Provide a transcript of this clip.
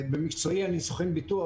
במקצועי אני סוכן ביטוח,